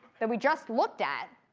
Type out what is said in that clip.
that we just looked at,